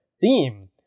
theme